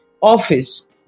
office